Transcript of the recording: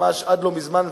ממש עד לא מזמן,